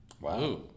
wow